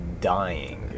dying